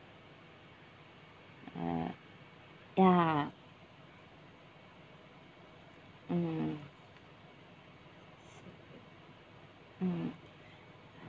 uh yeah mm mm